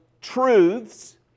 truths